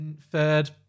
third